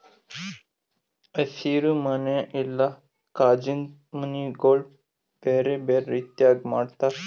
ಹಸಿರು ಮನಿ ಇಲ್ಲಾ ಕಾಜಿಂದು ಮನಿಗೊಳ್ ಬೇರೆ ಬೇರೆ ರೀತಿದಾಗ್ ಮಾಡ್ತಾರ